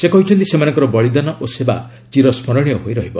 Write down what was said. ସେ କହିଛନ୍ତି ସେମାନଙ୍କର ବଳିଦାନ ଓ ସେବା ଚିରସ୍କରଣୀୟ ହୋଇ ରହିବ